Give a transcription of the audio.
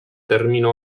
termino